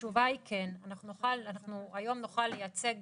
התשובה היא כן, אנחנו היום נוכל לייצג